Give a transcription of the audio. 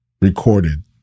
recorded